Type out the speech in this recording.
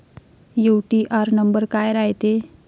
UTR number काय रायते?